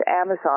Amazon